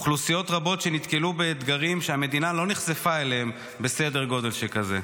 אוכלוסיות רבות שנתקלו באתגרים שהמדינה לא נחשפה להם בסדר גודל כזה.